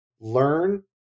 learn